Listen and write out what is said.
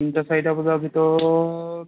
তিনিটা চাৰিটা বজাৰ ভিতৰত